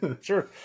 sure